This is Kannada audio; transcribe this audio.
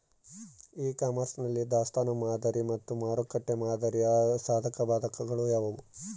ಇ ಕಾಮರ್ಸ್ ನಲ್ಲಿ ದಾಸ್ತನು ಮಾದರಿ ಮತ್ತು ಮಾರುಕಟ್ಟೆ ಮಾದರಿಯ ಸಾಧಕಬಾಧಕಗಳು ಯಾವುವು?